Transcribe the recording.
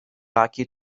lucky